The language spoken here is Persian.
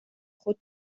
خود